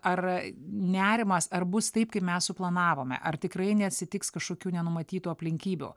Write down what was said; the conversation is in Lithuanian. ar nerimas ar bus taip kaip mes suplanavome ar tikrai neatsitiks kažkokių nenumatytų aplinkybių